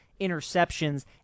interceptions